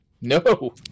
no